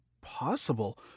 possible